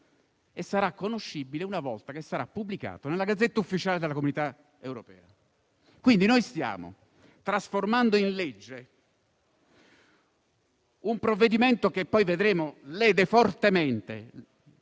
e sarà conoscibile una volta pubblicato nella *Gazzetta Ufficiale* della Comunità europea. Stiamo quindi trasformando in legge un provvedimento che, poi vedremo, lede fortemente